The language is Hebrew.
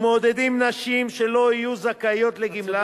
מעודדים נשים שלא יהיו זכאיות לגמלה,